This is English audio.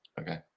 Okay